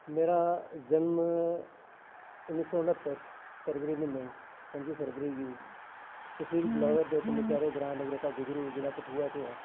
मेरा जनम उन्नी सौ नह्त्तर च फरवरी म्हीने पंजी फरवरी गी तसील बिलावर दे इक निक्के हारे ग्रांऽ नगरोटा गुजरू जि'ला कठुआ च होआ